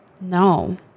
No